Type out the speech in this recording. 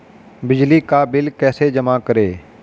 बिजली का बिल कैसे जमा करें?